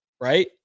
right